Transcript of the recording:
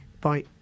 Bye